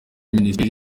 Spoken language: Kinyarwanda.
minisiteri